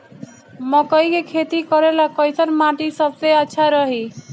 मकई के खेती करेला कैसन माटी सबसे अच्छा रही?